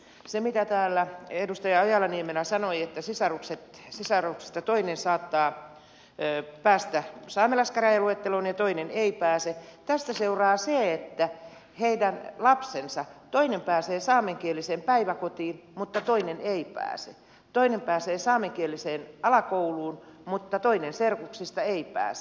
siitä mitä täällä edustaja ojala niemelä sanoi että sisaruksista toinen saattaa päästä saamelaiskäräjäluetteloon ja toinen ei pääse seuraa se että heidän lapsistaan toinen pääsee saamenkieliseen päiväkotiin mutta toinen ei pääse toinen pääsee saamenkieliseen alakouluun mutta toinen serkuksista ei pääse